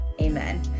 amen